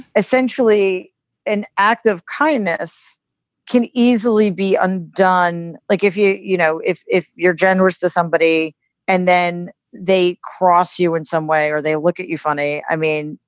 essentially an act of kindness can easily be undone like, if, you you know, if if you're generous to somebody and then they cross you in some way or they look at you funny. i mean,